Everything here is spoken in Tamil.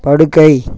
படுக்கை